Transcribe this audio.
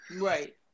right